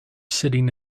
sitting